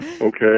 Okay